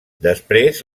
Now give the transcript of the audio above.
després